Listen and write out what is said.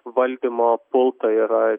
valdymo pultą yra